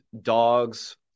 dogs